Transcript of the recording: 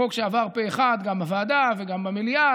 החוק עבר פה אחד גם בוועדה וגם במליאה,